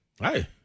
hey